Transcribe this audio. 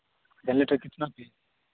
generator कितना की